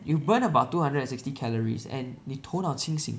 you burn about two hundred and sixty calories and 你头脑清醒